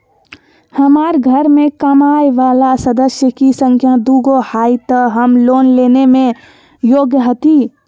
हमार घर मैं कमाए वाला सदस्य की संख्या दुगो हाई त हम लोन लेने में योग्य हती?